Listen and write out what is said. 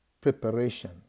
preparation